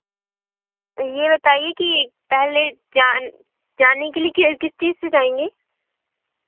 ये बताइए कि पहले जाने जाने के लिए किस चीज़ से जाएँगे